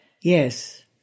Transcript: Yes